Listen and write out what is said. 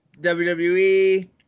WWE